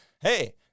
hey